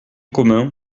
commun